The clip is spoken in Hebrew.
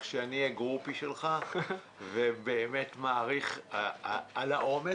שאני הגרופי שלך ובאמת מעריך על האומץ.